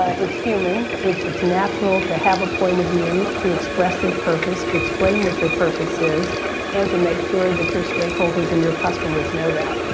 ah it's human. it's it's natural to have a point of view, to express your purpose, to explain what your purpose is and to make sure that your stakeholders and your customers know that.